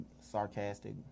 sarcastic